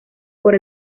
por